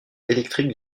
électrique